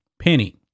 Penny